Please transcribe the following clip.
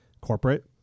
corporate